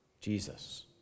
Jesus